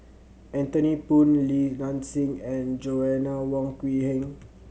Anthony Poon Li Nanxing and Joanna Wong Quee Heng